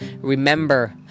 Remember